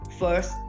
first